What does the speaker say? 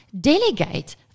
Delegate